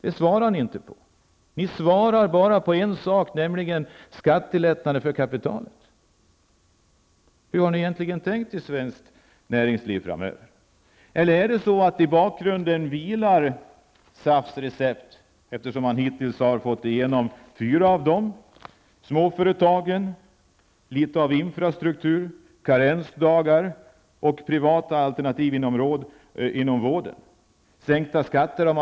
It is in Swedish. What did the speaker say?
Det svarar ni inte på. Ni svarar bara på ett sätt, nämligen genom skattelättnader för kapitalet. Hur har ni egentligen tänkt er det svenska näringslivet framöver? I bakgrunden kanske SAFs recept vilar, eftersom man har fått igenom fyra av dem -- småföretagen, infrastruktur, karensdagar och privata alternativ inom vården. Man har fått sänkta skatter.